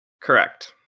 Correct